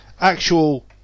actual